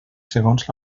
segons